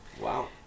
Wow